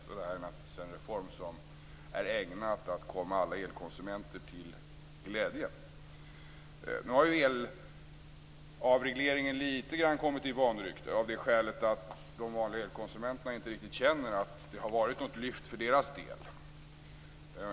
Detta är naturligtvis en reform som är ägnad att glädja alla elkonsumenter. Nu har elavregleringen litet grand kommit i vanrykte av det skälet att de vanliga elkonsumenterna inte riktigt känner att det har varit något lyft för deras del.